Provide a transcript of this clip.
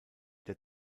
der